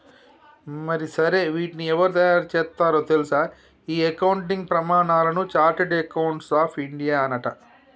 మరి సరే వీటిని ఎవరు తయారు సేత్తారో తెల్సా ఈ అకౌంటింగ్ ప్రమానాలను చార్టెడ్ అకౌంట్స్ ఆఫ్ ఇండియానట